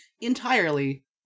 entirely